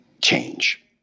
change